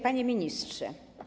Panie Ministrze!